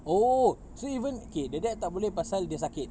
oh so even okay the dad tak boleh pasal dia sakit